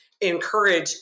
encourage